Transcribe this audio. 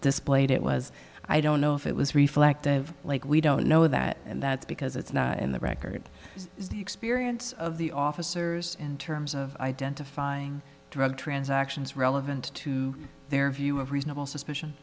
displayed it was i don't know if it was reflective like we don't know that and that's because it's not in the record the experience of the officers in terms of identifying drug transactions relevant to their view of reasonable suspicion